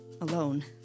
alone